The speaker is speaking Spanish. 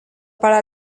para